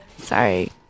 Sorry